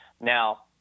Now